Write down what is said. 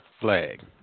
flag